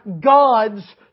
God's